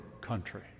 country